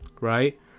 right